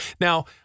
Now